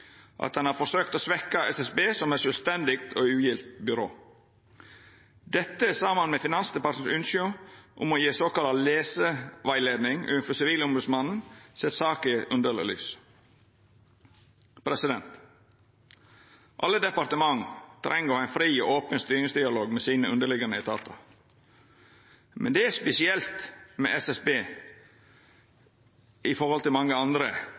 at ein har forsøkt å svekkja SSB som eit sjølvstendig og ugildt byrå. Dette saman med ynsket frå Finansdepartementet om å gje såkalla leserettleiing overfor Sivilombodsmannen set saka i eit underleg lys. Alle departement treng å ha ein fri og open styringsdialog med dei underliggjande etatane, men det er spesielt med SSB i forhold til mange andre.